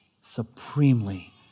Supremely